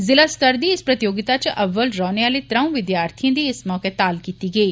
जिला स्तर दी इस प्रतियोगिता च अब्बल रौह्ने आह्ले त्र'ऊं विद्यार्थियें दी इस मौके ताल कीती गेई